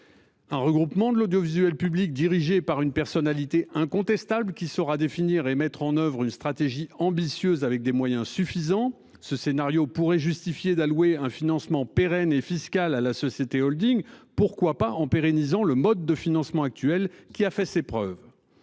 Un regroupement de l'audiovisuel public dirigé par une personnalité incontestable qui saura définir et mettre en oeuvre une stratégie ambitieuse avec des moyens suffisants. Ce scénario pourrait justifier d'allouer un financement pérenne et fiscales à la société Holding. Pourquoi pas en pérennisant le mode de financement actuel qui a fait ses preuves.